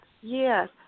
Yes